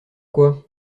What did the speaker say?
quoi